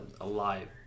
alive